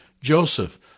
Joseph